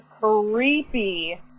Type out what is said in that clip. creepy